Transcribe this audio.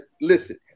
listen